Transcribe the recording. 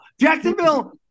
Jacksonville